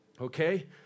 okay